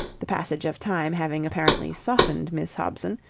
the passage of time having apparently softened miss hobson,